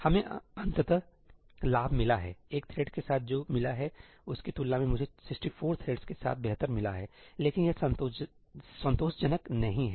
हमें अंततः लाभ मिला है एक थ्रेड् के साथ जो मिला है उसकी तुलना में मुझे 64 थ्रेड्स के साथ बेहतर मिला है लेकिन यह संतोषजनक नहीं है